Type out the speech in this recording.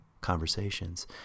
conversations